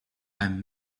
i’m